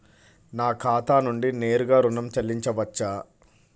నా ఖాతా నుండి నేరుగా ఋణం చెల్లించవచ్చా?